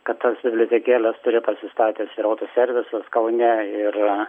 kad tas bibliotekėles turi pasistatęs ir autoservisas kaune ir